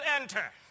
enter